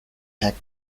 heck